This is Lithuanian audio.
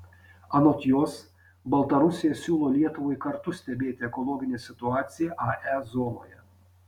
anot jos baltarusija siūlo lietuvai kartu stebėti ekologinę situaciją ae zonoje